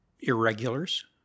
irregulars